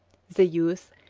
the youth,